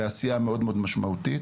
ועשייה מאוד משמעותית.